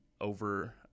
over